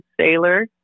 sailor